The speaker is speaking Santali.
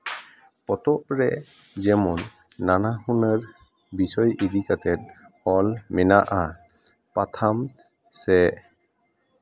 ᱯᱚᱛᱚᱵᱽ ᱨᱮ ᱡᱮᱢᱚᱱ ᱱᱟᱱᱟ ᱦᱩᱱᱟᱹᱨ ᱵᱤᱥᱚᱭ ᱤᱫᱤ ᱠᱟᱛᱮᱜ ᱚᱞ ᱢᱮᱱᱟᱜᱼᱟ ᱯᱟᱛᱷᱟᱢ ᱥᱮ